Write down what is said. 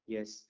Yes